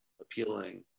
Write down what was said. appealing